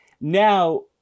Now